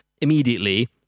Immediately